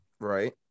Right